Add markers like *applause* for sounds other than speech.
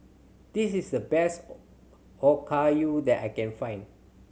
this is the best *unintelligible* Okayu that I can find